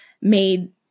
made